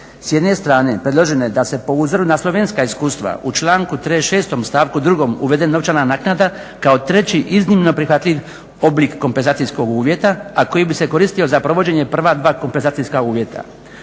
S jedne strane predloženo je da se po uzoru na slovenska iskustva u članku 36. stavku 2. uvede novčana naknada kao treći iznimno prihvatljiv oblik kompenzacijskog uvjeta, a koji bi se koristio za provođenje prva dva kompenzacijska uvjeta.